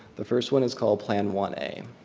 the first one is called plan one a.